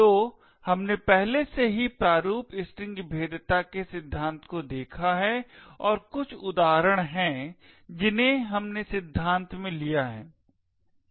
तो हमने पहले से ही प्रारूप स्ट्रिंग भेद्यता के सिद्धांत को देखा है और कुछ उदाहरण हैं जिन्हें हमने सिद्धांत में लिया है